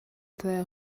there